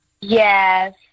Yes